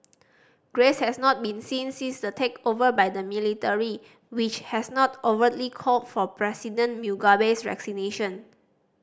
grace has not been seen since the takeover by the military which has not overtly called for President Mugabe's